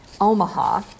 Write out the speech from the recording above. omaha